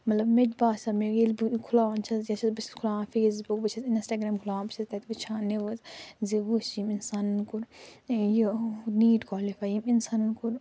مطلب مےٚ تہِ باسٮ۪و مےٚ ییٚلہِ بہٕ کھُلاوان چھَس یا چھَس بہٕ چھَس کھُلاوان فیس بُک بہٕ چھَس اِنسٹاگرٛام کھُلاوان بہٕ چھَس تتہِ وُچھان نیوز زِ وُچھ یِم انسانن کوٚر یہِ نیٖٹ کالِفے یٔمۍ اِنسانن کوٚر